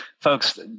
folks